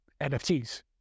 NFTs